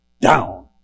down